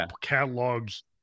catalogs